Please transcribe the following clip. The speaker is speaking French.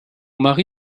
mari